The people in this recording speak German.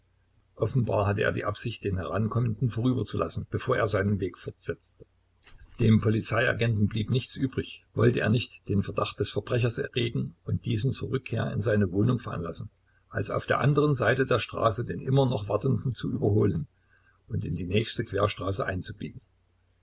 offenbar hatte er die absicht den herankommenden vorüberzulassen bevor er seinen weg fortsetzte dem polizeiagenten blieb nichts übrig wollte er nicht den verdacht des verbrechers erregen und diesen zur rückkehr in seine wohnung veranlassen als auf der anderen seite der straße den immer noch wartenden zu überholen und in die nächste querstraße einzubiegen